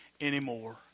anymore